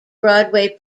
broadway